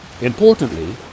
Importantly